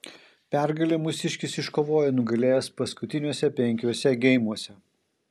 pergalę mūsiškis iškovojo nugalėjęs paskutiniuose penkiuose geimuose